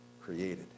created